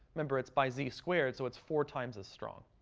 remember it's by z squared, so it's four times as strong.